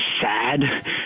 sad